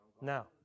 Now